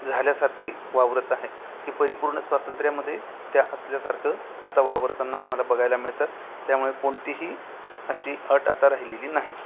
झाल्यासारखी वावरत आहे की परिपूर्ण स्वातंत्र्यामध्ये त्या असल्यासारखं आता वावरताना आम्हाला बघायला मिळतं त्यामुळे कोणतीही अशी अट आता राहिलेली नाही